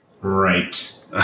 Right